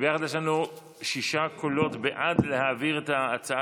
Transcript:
ויחד יש לנו שישה קולות בעד להעביר את ההצעה